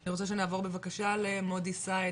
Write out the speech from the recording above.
אני מבקשת לעבור למודי סעד,